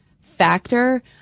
factor